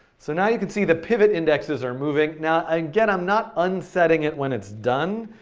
so now you can see the pivotindexes are moving. now again, i'm not unsetting it when it's done,